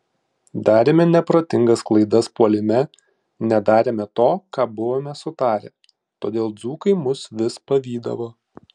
darėme neprotingas klaidas puolime nedarėme to ką buvome sutarę todėl dzūkai mus vis pavydavo